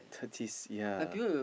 thirties yeah